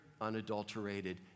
unadulterated